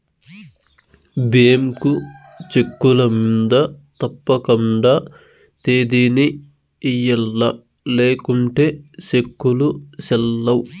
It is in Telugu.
బ్యేంకు చెక్కుల మింద తప్పకండా తేదీని ఎయ్యల్ల లేకుంటే సెక్కులు సెల్లవ్